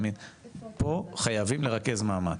פה חייבים לרכז מאמץ.